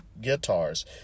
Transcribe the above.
guitars